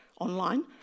online